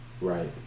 Right